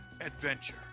adventure